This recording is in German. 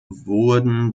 wurden